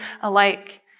alike